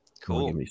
cool